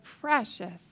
precious